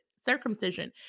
circumcision